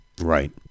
right